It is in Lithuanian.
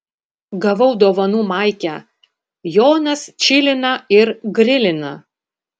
gavau dovanų maikę jonas čilina ir grilina